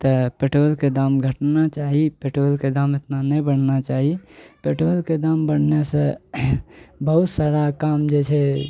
तऽ पेट्रोलके दाम घटना चाही पेट्रोलके दाम इतना नहि बढ़ना चाही पेट्रोलके दाम बढ़ने सऽ बहुत सारा काम जे छै